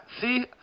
See